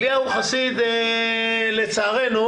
לצערנו